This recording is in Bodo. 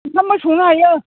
ओंखामबो संनो हायो